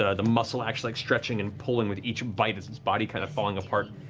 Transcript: the muscle actually stretching and pulling with each bite as its body's kind of falling apart,